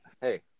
Hey